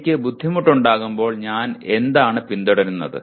എനിക്ക് ബുദ്ധിമുട്ടുണ്ടാകുമ്പോൾ ഞാൻ എന്താണ് പിന്തുടരുന്നത്